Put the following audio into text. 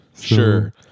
sure